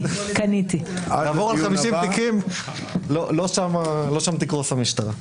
לעבור על 50 תיקים, לא שם תקרוס המשטרה.